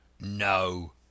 No